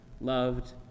loved